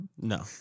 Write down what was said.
no